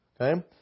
Okay